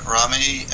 Rami